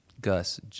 Gus